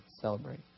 celebrate